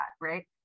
right